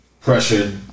pressured